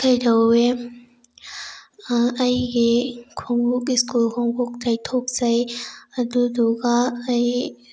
ꯀꯩꯗꯧꯋꯦ ꯑꯩꯒꯤ ꯈꯣꯡꯎꯞ ꯁ꯭ꯀꯨꯜ ꯈꯣꯡꯎꯞ ꯇꯩꯊꯣꯛꯆꯩ ꯑꯗꯨꯗꯨꯒ ꯑꯩ